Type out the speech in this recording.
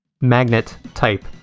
magnet-type